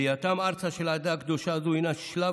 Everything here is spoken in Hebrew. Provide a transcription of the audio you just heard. עלייתה ארצה של העדה הקדושה הזו הינה שלב